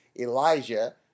Elijah